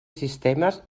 sistemes